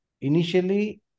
initially